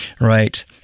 Right